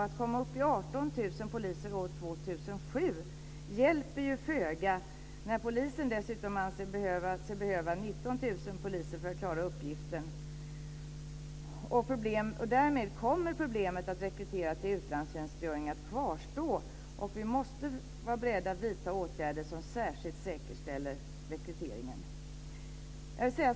Att komma upp i 18 000 poliser år 2007 hjälper föga när polisen anser sig behöva 19 000 poliser för att klara sin uppgift. Därmed kommer problemet med att rekrytera till utlandstjänstgöring att kvarstå. Vi måste vara beredda att vidta åtgärder som särskilt säkerställer rekryteringen.